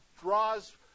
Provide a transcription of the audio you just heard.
Draws